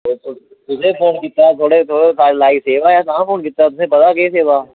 तुसें ई फोन कीता ते थुआढ़े लायक सेवा ऐ तां गै फोन कीता तां गै तुसेंगी पता केह् सेवा